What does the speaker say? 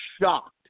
shocked